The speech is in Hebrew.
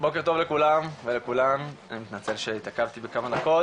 בוקר טוב לכולם ולכולן אני מתנצל שהתעכבתי בכמה דקות,